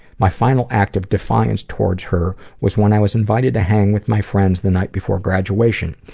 my final act of defiance towards her was when i was invited to hang with my friends the night before graduation.